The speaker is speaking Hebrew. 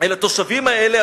אל התושבים האלה,